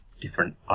different